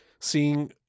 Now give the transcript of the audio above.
seeing